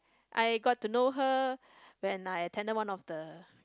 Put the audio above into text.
I got to know her when I attended one of the